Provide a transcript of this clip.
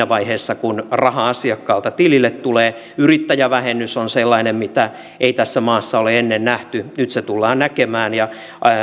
vaiheessa kun raha asiakkaalta tilille tulee yrittäjävähennys on sellainen mitä ei tässä maassa ole ennen nähty nyt se tullaan näkemään ja